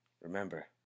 Remember